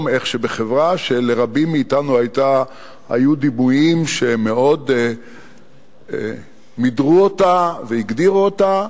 איך בחברה שלרבים מאתנו היו דימויים שמאוד מידרו אותה והגדירו אותה,